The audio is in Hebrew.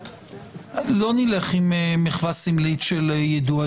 לא נלך עם מחווה סמלית של יידוע,